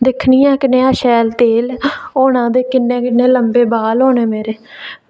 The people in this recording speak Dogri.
दिक्खनी आं कनेहा शैल तेल होना ते किन्ने किन्ने लम्बे बाल होने मेरे